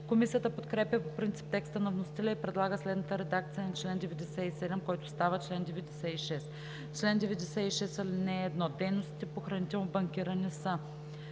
Комисията подкрепя по принцип текста на вносителя и предлага следната редакция на чл. 97, който става чл. 96: „Чл. 96. (1) Дейностите по хранително банкиране са: